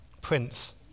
Prince